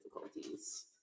difficulties